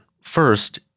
First